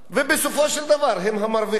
ובסופו של דבר הם המרוויחים.